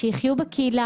שיחיו בקהילה,